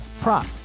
prop